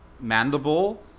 mandible